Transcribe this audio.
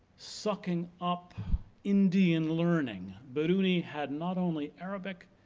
sucking up indian learning. biruni had not only arabic,